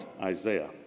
Isaiah